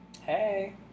Hey